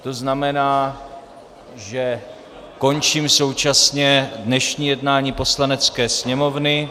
To znamená, že končím současně dnešní jednání Poslanecké sněmovny.